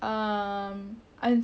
dia fikir pasal tu pula